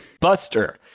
Buster